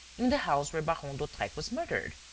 in the house where baron d'hautrec was murdered?